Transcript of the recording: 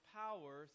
power